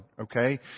okay